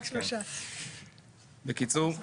בקיצור,